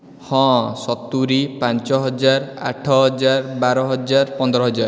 ହଁ ସତୁରୀ ପାଞ୍ଚ ହଜାର ଆଠ ହଜାର ବାର ହଜାର ପନ୍ଦର ହଜାର